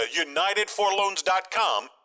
unitedforloans.com